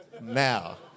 Now